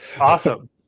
Awesome